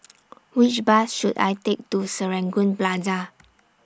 Which Bus should I Take to Serangoon Plaza